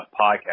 podcast